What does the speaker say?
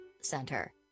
center